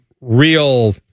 real